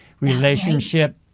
relationship